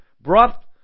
brought